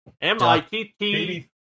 M-I-T-T